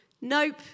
Nope